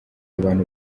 abantu